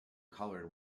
colored